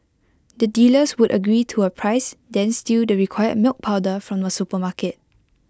the dealers would agree to A price then steal the required milk powder from A supermarket